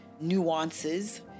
nuances